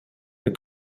the